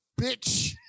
bitch